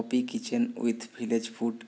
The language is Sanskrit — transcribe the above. Poppy kitchen with village food